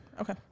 Okay